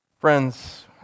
Friends